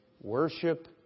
worship